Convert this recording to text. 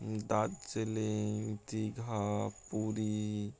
Darjeeling Digha Puri